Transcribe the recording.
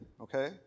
okay